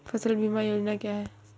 फसल बीमा योजना क्या है?